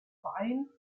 verein